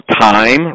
time